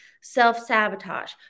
Self-sabotage